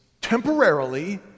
temporarily